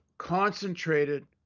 concentrated